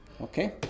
Okay